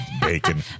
bacon